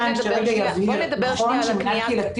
בואי נדבר שנייה --- אני אתן לדן בן טל שיבהיר.